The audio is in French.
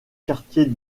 quartier